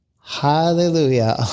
Hallelujah